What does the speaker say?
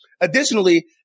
Additionally